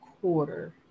quarter